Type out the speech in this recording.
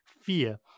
fear